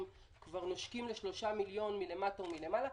כבר נושקות ל-3 מיליון שקל מלמטה ומלמעלה.